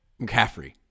McCaffrey